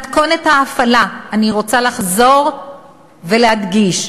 מתכונת ההפעלה, אני רוצה לחזור ולהדגיש,